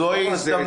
בסדר.